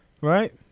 right